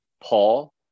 Paul